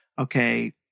okay